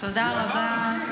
תודה רבה.